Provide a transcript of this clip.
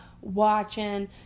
watching